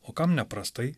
o kam neprastai